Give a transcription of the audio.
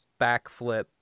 backflip